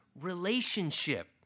relationship